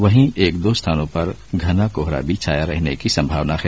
वहीं एक दो स्थानों पर घना कोहरा भी छाया रहने की संभावना है